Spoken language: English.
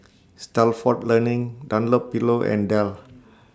Stalford Learning Dunlopillo and Dell